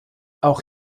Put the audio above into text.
auch